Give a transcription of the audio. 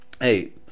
hey